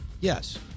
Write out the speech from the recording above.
Yes